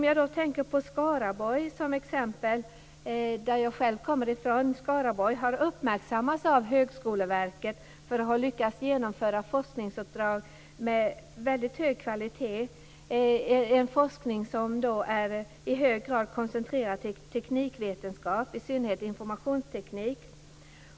T.ex. Skaraborg, som jag själv kommer från, har uppmärksammats av Högskoleverket för att ha lyckats genomföra forskningsuppdrag med mycket hög kvalitet, en forskning som i hög grad är koncentrerad till teknikvetenskap, i synnerhet informationsteknik.